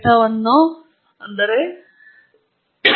ಹಂತ 1 ಹಂತ 2 ಹಂತ 3 ಹಂತ 4 ಮುಗಿದಿದೆ ಎಂದು ನಿರೀಕ್ಷಿಸಬೇಡಿ